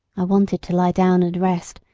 i wanted to lie down and rest,